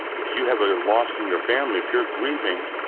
if you have a loss in your family, if you're grieving,